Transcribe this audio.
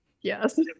Yes